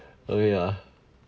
oh ya